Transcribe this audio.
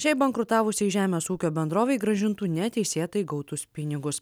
šiai bankrutavusiai žemės ūkio bendrovei grąžintų neteisėtai gautus pinigus